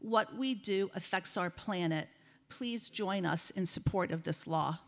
what we do affects our planet please join us in support of this law